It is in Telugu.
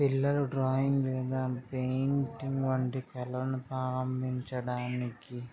పిల్లలు డ్రాయింగ్ లే దా పెయింటింగ్ వంటి కళలను ప్రారంభించడానికి